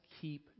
keep